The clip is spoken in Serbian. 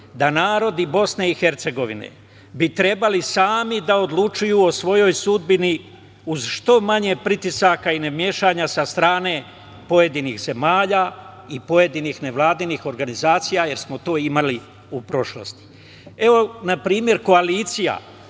da narodi BiH bi trebali sami da odlučuju o svojoj sudbini uz što manje pritisaka i nemešanja sa strane pojedinih zemalja i pojedinih nevladinih organizacija jer smo to imali u prošlosti. Na primer koalicija